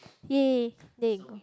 !yay! there you go